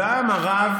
הזעם הרב,